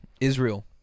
Israel